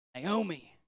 Naomi